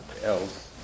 else